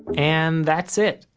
and, that's it.